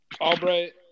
Albright